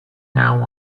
now